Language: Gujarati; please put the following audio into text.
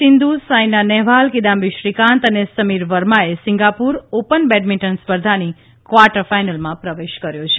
સિંધુ સાયના નહેવાલ કિદામ્બી શ્રીકાંત અને સમીર વર્માએ સિંગાપુર ઓપન બેડમિન્ટન સ્પર્ધાની કવાર્ટર ફાઇનલમાં પ્રવેશ કર્યો છે